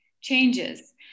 changes